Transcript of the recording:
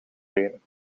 benen